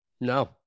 No